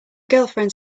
girlfriend